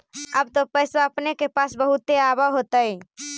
तब तो पैसबा अपने के पास बहुते आब होतय?